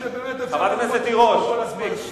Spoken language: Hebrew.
חברת הכנסת תירוש, מספיק.